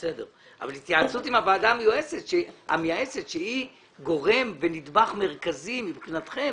אבל התייעצות עם הוועדה המייעצת שהיא גורם ונדבך מרכזי מבחינתכם,